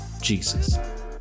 jesus